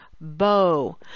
bow